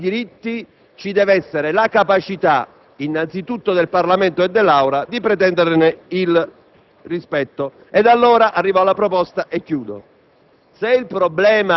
Di fronte ad alcuni diritti, però, ci deve essere la capacità, innanzi tutto del Parlamento e dell'Assemblea, di pretenderne il rispetto. Ciò detto, arrivo alla proposta e mi